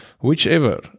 Whichever